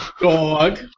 Dog